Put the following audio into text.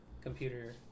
computer